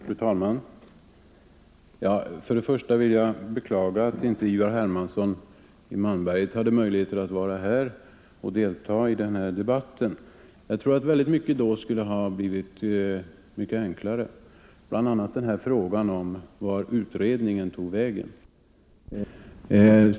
Fru talman! Till en början vill jag beklaga att Ivar Hermansson i Malmberget inte har möjlighet att vara här och delta i den här debatten. Jag tror att mycket då skulle ha blivit enklare. Det gäller bl.a. frågan om vart utredningen tog vägen.